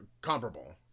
comparable